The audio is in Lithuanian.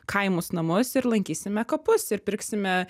kaimus namus ir lankysime kapus ir pirksime